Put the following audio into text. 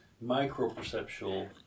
micro-perceptual